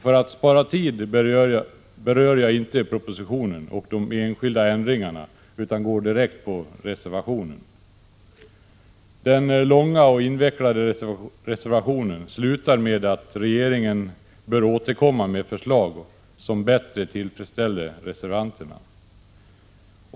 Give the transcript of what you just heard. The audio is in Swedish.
För att spara tid skall jag inte beröra propositionen och de enskilda ändringarna, utan går direkt på reservationen. Den långa och invecklade reservationen slutar med att regeringen bör återkomma med förslag som bättre tillfredsställer reservanterna.